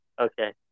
Okay